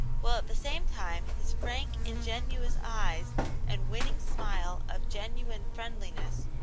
while at the same time his frank, ingenuous eyes and winning smile of genuine friendliness,